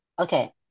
Okay